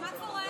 למה אני מתכוון?